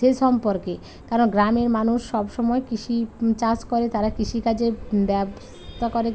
সেই সম্পর্কে কারণ গ্রামের মানুষ সব সময় কৃষি চাষ করে তারা কৃষিকাজে ব্যবসা করে